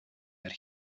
that